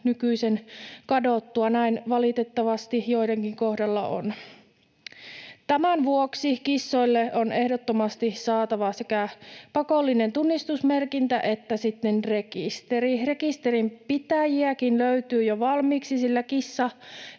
nykyisen kadottua. Näin valitettavasti joidenkin kohdalla on. Tämän vuoksi kissoille on ehdottomasti saatava sekä pakollinen tunnistusmerkintä että sitten rekisteri. Rekisterinpitäjiäkin löytyy jo valmiiksi, sillä